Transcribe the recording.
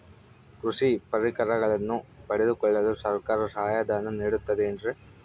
ಕೃಷಿ ಪರಿಕರಗಳನ್ನು ಪಡೆದುಕೊಳ್ಳಲು ಸರ್ಕಾರ ಸಹಾಯಧನ ನೇಡುತ್ತದೆ ಏನ್ರಿ?